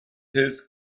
his